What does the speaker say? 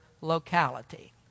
locality